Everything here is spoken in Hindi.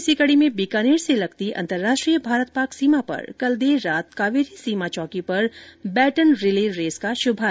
इसी कड़ी में बीकानेर से लगती अंतरराष्ट्रीय भारत पाक सीमा पर कल देर रात कावेरी सीमा चौकी पर बैटन रिले रेस का श्भारंभ किया गया